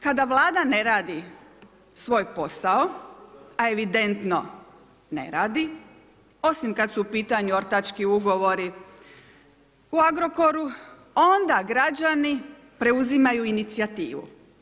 Kada Vlada ne radi svoj posao, a evidentno ne radi osim kad su u pitanju ortački ugovori u Agrokoru onda građani preuzimaju inicijativu.